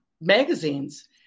magazines